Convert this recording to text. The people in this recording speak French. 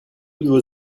toutes